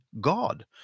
God